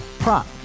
Prop